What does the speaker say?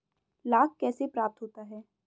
लाख कैसे प्राप्त होता है?